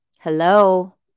Hello